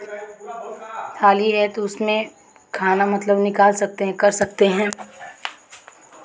थाली है तो उसमें खाना मतलब निकाल सकते हैं कर सकते हैं